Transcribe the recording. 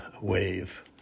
wave